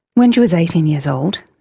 when she was eighteen years old,